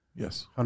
Yes